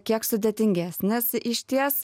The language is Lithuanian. kiek sudėtingesnis išties